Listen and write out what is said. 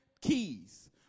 keys